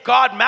God